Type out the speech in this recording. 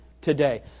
today